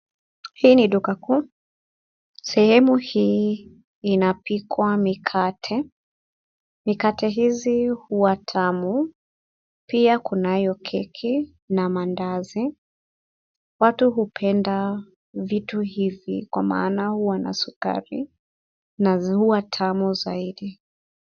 Hii ni duka kuu. Sehemu hii inapikwa mikate. Mikate hizi huwa tamu. Pia kunayo keki na mandazi. Watu hupenda vitu hivi kwa maana huwa na sukari na huwa tamu zaidi.